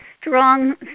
strong